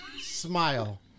smile